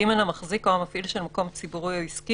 (ג) המחזיק או המפעיל של מקום ציבורי או עסקי